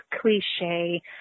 cliche